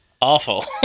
awful